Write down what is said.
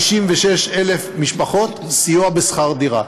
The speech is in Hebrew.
156,000 משפחות, סיוע בשכר דירה.